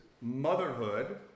motherhood